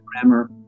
grammar